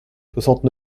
soixante